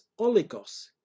oligos